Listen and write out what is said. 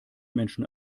menschen